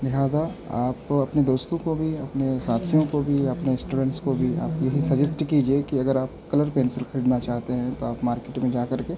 لہٰذا آپ کو اپنے دوستوں کو بھی اپنے ساتھیوں کو بھی اپنے اسٹوڈینٹس کو بھی آپ یہی سجیسٹ کیجیے کہ اگر آپ کلر پینسل خریدنا چاہتے ہیں تو آپ مارکیٹ میں جا کر کے